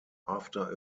after